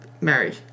Mary